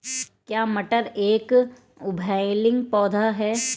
क्या मटर एक उभयलिंगी पौधा है?